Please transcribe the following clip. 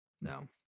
no